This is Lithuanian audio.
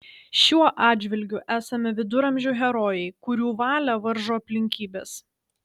šiuo atžvilgiu esame viduramžių herojai kurių valią varžo aplinkybės